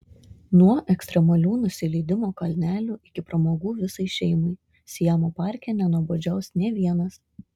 nuo ekstremalių nusileidimo kalnelių iki pramogų visai šeimai siamo parke nenuobodžiaus nė vienas